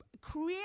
create